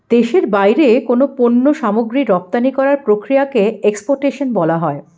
দেশের বাইরে কোনো পণ্য সামগ্রী রপ্তানি করার প্রক্রিয়াকে এক্সপোর্টেশন বলা হয়